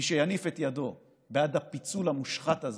מי שיניף את ידו בעד הפיצול המושחת הזה,